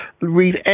Read